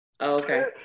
Okay